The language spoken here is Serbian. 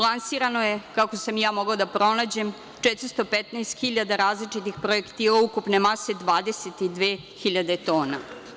Lansirano je, kako sam ja mogla da pronađem, 415 hiljada različitih projektila, ukupne mase 22 hiljade tona.